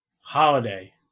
Holiday